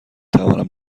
توانم